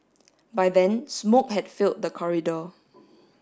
by then smoke had filled the corridor